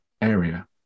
area